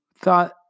thought